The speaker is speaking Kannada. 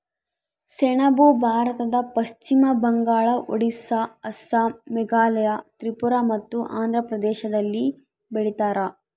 ಸೆಣಬು ಭಾರತದ ಪಶ್ಚಿಮ ಬಂಗಾಳ ಒಡಿಸ್ಸಾ ಅಸ್ಸಾಂ ಮೇಘಾಲಯ ತ್ರಿಪುರ ಮತ್ತು ಆಂಧ್ರ ಪ್ರದೇಶದಲ್ಲಿ ಬೆಳೀತಾರ